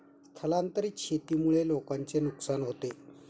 स्थलांतरित शेतीमुळे लोकांचे नुकसान होते